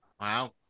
Wow